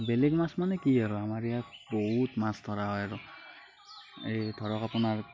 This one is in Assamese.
বেলেগ মাছ মানে কি আৰু আমাৰ ইয়াত বহুত মাছ ধৰা হয় আৰু এই ধৰক আপোনাৰ